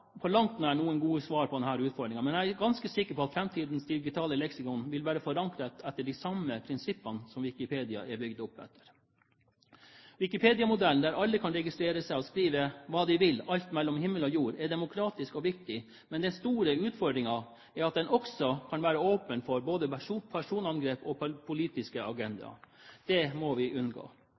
på langt nær noen gode svar på denne utfordringen. Men jeg er ganske sikker på at framtidens digitale leksikon vil være forankret etter de samme prinsippene som Wikipedia er bygd opp etter. Wikipedia-modellen, der alle kan registrere seg og skrive hva de vil om alt mellom himmel og jord, er demokratisk og viktig, men den store utfordringen er at den også kan åpne for både personangrep og politiske agendaer. Det må vi unngå.